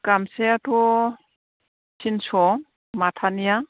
गामसायाथ' थिनस' माथानिया